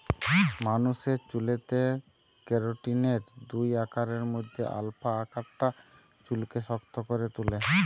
মানুষের চুলেতে কেরাটিনের দুই আকারের মধ্যে আলফা আকারটা চুলকে শক্ত করে তুলে